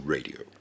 Radio